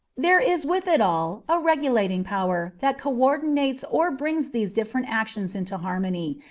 there is with it all a regulating power that coordinates or brings these different actions into harmony,